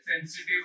sensitive